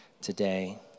today